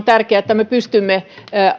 tärkeää että me pystymme